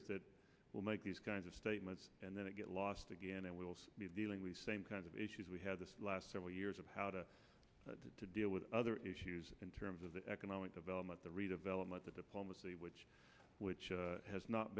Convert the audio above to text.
is that will make these kinds of statements and then i get lost again and we'll be dealing with the same kinds of issues we had the last several years of how to deal with other issues in terms of the economic development the redevelopment the diplomacy which which has not